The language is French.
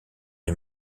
les